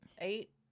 Eight